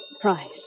price